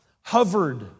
hovered